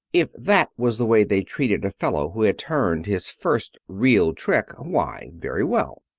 if that was the way they treated a fellow who had turned his first real trick, why, very well.